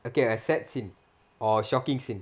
okay a sad scene or shocking scene